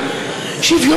כבוד